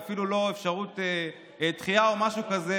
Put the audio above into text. ואפילו לא אפשרות דחייה או משהו כזה.